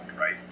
right